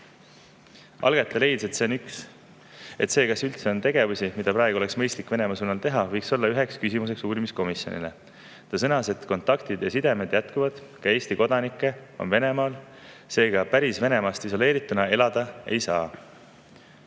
Algatajate [esindaja] leidis, et kas üldse on tegevusi, mida praegu oleks mõistlik Venemaa suunal teha, võiks olla üks küsimus uurimiskomisjonile. Ta sõnas, et kontaktid ja sidemed jätkuvad, ka Eesti kodanikke on Venemaal, seega päris Venemaast isoleerituna elada ei saa.